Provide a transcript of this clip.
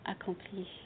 accompli